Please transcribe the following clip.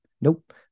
nope